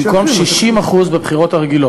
במקום 60% בבחירות הרגילות.